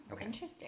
Interesting